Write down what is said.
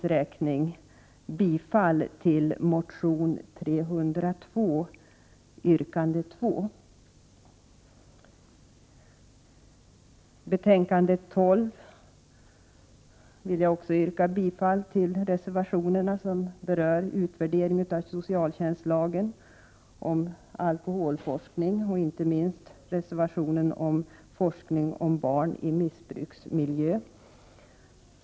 Jag yrkar bifall till folkpartimotionen §0302 yrkande 2. Jag vill även yrka bifall till följande reservationer i betänkande 12: reservation 1 om utvärderingen av socialtjänstlagen, reservation 5 om alkoholforskning och inte minst reservation 4 om forskning om barn i missbrukarfamiljer.